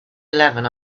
eleven